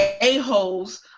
A-holes